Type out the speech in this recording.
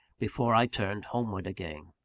before i turned homeward again.